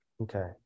Okay